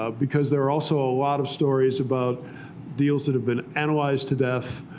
ah because there are also a lot of stories about deals that have been analyzed to death,